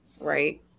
right